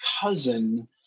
cousin